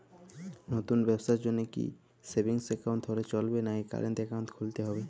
নতুন ব্যবসার জন্যে কি সেভিংস একাউন্ট হলে চলবে নাকি কারেন্ট একাউন্ট খুলতে হবে?